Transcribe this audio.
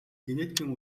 генетикийн